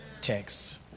text